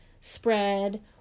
spread